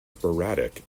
sporadic